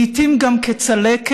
לעיתים גם כצלקת,